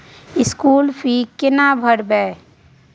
School fee केना भरबै?